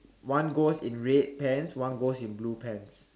one ghost in red pants one ghost in blue pants